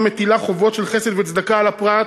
המטילה חובות של חסד וצדקה על הפרט,